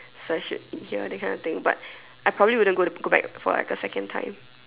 so I should be here that kind of thing but I probably wouldn't go back for like a second time